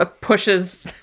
Pushes